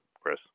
Chris